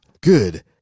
good